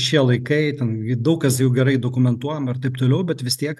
šie laikai ten daug kas jau gerai dokumentuojama ir taip toliau bet vis tiek